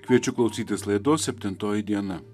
kviečiu klausytis laidos septintoji diena